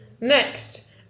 next